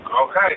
Okay